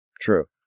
true